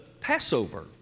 Passover